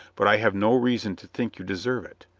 but i have no reason to think you deserve it.